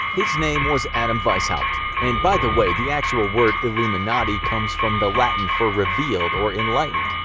his name was adam weishaupt. and by the way, the actual word illuminati comes from the latin for revealed or enlightened.